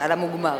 על המוגמר.